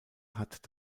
hat